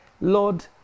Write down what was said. Lord